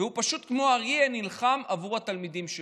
והוא כמו אריה נלחם עבור התלמידים שלו.